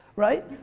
right?